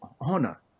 honor